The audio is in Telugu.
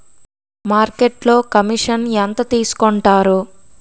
మార్కెట్లో కమిషన్ ఎంత తీసుకొంటారు?